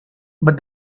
but